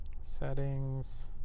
Settings